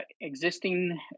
existing